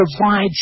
provides